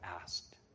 asked